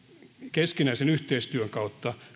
keskinäisen yhteistyön kautta